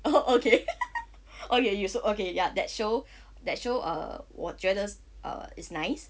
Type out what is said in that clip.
oh okay okay you also okay ya that show that show err 我觉得 err is nice